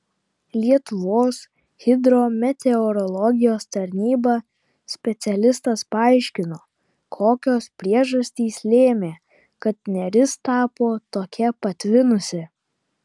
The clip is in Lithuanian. lietuvos hidrometeorologijos tarnyba specialistas paaiškino kokios priežastys lėmė kad neris tapo tokia patvinusi